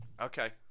Okay